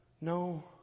No